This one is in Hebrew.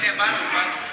הנה, באנו.